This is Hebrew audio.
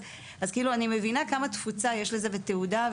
אז כאילו אני מבינה כמה תפוצה יש לזה ותהודה,